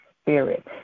spirit